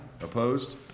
Opposed